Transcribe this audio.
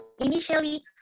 initially